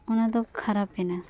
ᱚᱱᱟᱫᱚ ᱠᱷᱟᱨᱟᱯ ᱮᱱᱟ